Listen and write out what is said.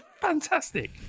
fantastic